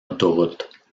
autoroute